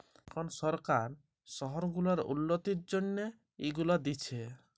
এখল সরকার শহর গুলার উল্ল্যতির জ্যনহে ইগুলা দিছে